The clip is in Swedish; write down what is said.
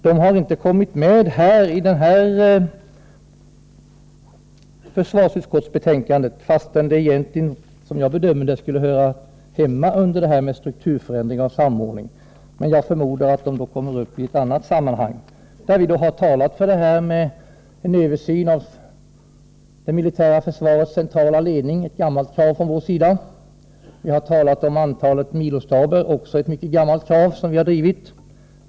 De har inte kommit med i det föreliggande betänkandet från försvarsutskottet, trots att de, som jag bedömer det, hör hemma under rubriken Strukturförändringar och samordning. Jag förmodar att de kommer upp i annat sammanhang. Vi har i vår motion fört fram kravet om en översyn av det militära försvarets centrala ledning. Det är ett gammalt krav från vår sida. Vi har talat om antalet milostaber — där gäller det också ett mycket gammalt krav som vi har drivit.